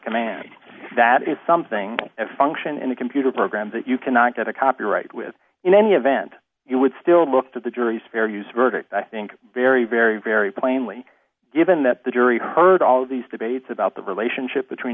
command that is something a function in a computer program that you cannot get a copyright with in any event you would still look to the jury's fair use verdict i think very very very plainly given that the jury heard all of these debates about the relationship between